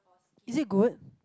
is it good